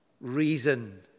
Reason